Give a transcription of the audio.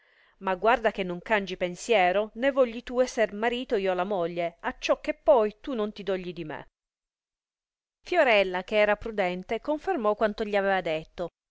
ma guarda che non cangi pensiero né vogli tu esser marito e io la moglie acciò che poi tu non ti dogli di me fiorella che era prudente confermò quanto gli aveva detto